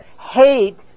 hate